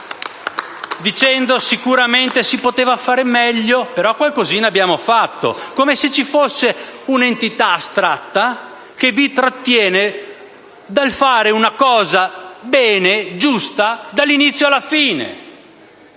dicendo che sicuramente si poteva fare meglio, ma che qualcosina avete fatto; come se ci fosse un'entità astratta che vi trattiene dal fare bene una cosa giusta dall'inizio alla fine.